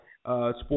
Sports